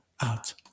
out